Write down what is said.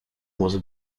was